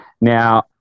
now